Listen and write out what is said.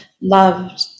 loved